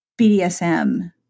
BDSM